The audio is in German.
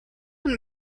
und